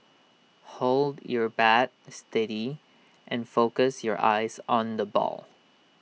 hold your bat steady and focus your eyes on the ball